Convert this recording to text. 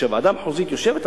וכאשר ועדה מחוזית יושבת עליו,